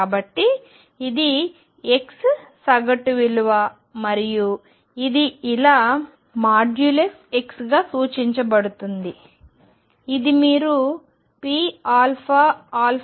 కాబట్టి ఇది x సగటు విలువ మరియు ఇది ఇలా ⟨x⟩గా సూచించబడుతుంది ఇది మీరు pαα